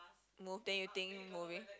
then you think moving